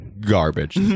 garbage